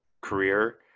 career